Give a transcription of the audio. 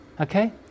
Okay